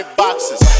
boxes